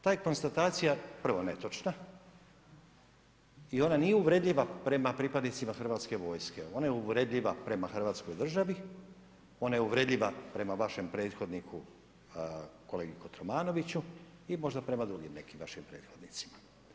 Ta je konstatacija prvo netočna i ona nije uvredljiva prema pripadnicima hrvatske vojske, ona je uvredljiva prema hrvatskoj državi, ona je uvredljiva prema vašem prethodniku kolegi Kotromanoviću i možda prema drugim nekim vašim prethodnicima.